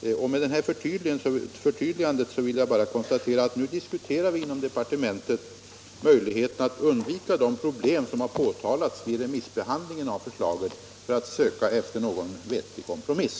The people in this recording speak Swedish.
Till detta förtydligande vill jag sedan också lägga att vi inom departementet nu diskuterar möjligheterna att undvika de problem som har framhållits vid remissbehandlingen av förslaget och att hitta en vettig kompromiss.